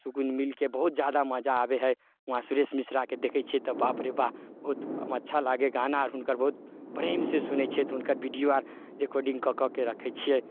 सुकुन मिलके बहुत जादा मजा आबय हय वहाँ सुरेश मिश्रा के देखै छियै तऽ बाप रे बा बहुत अच्छा लागय गाना आर हुनकर बहुत प्रेम से सुनय छिअय तऽ हुनकर बीडिओ आर रेकडिंग कऽ कऽ के रक्खय छिअय